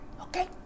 Okay